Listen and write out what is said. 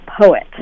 poet